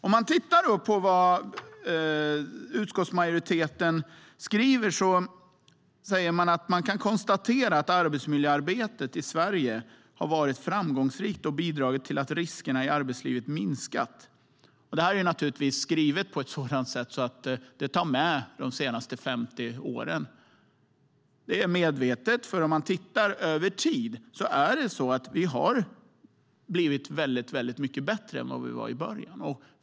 I betänkandet konstaterar utskottsmajoriteten att arbetsmiljöarbetet i Sverige har varit framgångsrikt och bidragit till att riskerna i arbetslivet minskat. Det här är naturligtvis skrivet på ett sådant sätt att de senaste 50 åren tas med. Det är medvetet, för om man tittar över tid ser man att vi har blivit mycket bättre än vad vi var i början.